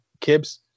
Kibbs